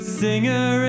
singer